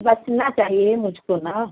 रखना चाहिए मुझको ना